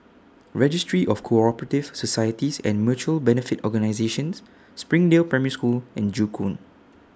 Registry of Cooperative Societies and Mutual Benefit Organisations Springdale Primary School and Joo Koon